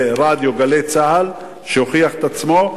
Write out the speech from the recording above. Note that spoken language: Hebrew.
לרדיו "גלי צה"ל", שהוכיח את עצמו,